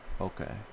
Okay